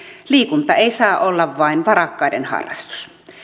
liikunta ei saa olla vain varakkaiden harrastus